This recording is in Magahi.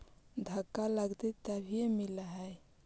धक्का लगतय तभीयो मिल है?